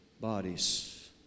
bodies